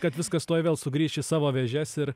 kad viskas tuoj vėl sugrįš į savo vėžes ir